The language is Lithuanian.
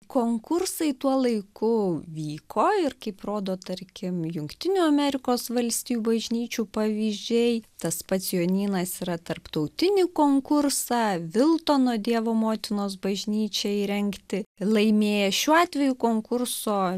konkursai tuo laiku vyko ir kaip rodo tarkim jungtinių amerikos valstijų bažnyčių pavyzdžiai tas pats jonynas yra tarptautinį konkursą viltono dievo motinos bažnyčiai įrengti laimėjęs šiuo atveju konkurso